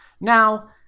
Now